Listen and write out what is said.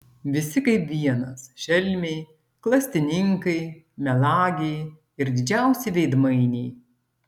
visi kaip vienas šelmiai klastininkai melagiai ir didžiausi veidmainiai